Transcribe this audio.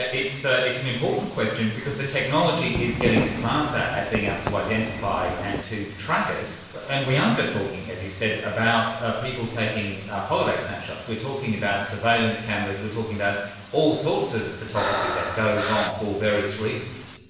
ah it's ah it's an important question because the technology is getting smarter at being able to identify and to track us, and we aren't just talking, as you said, about ah people taking holiday snapshots, we are talking about surveillance cameras, we are talking about all sorts of photography that goes on for various reasons.